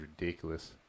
ridiculous